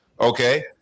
Okay